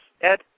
Ed